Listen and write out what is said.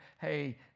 Hey